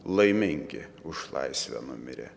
laimingi už laisvę numirė